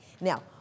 now